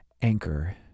Anchor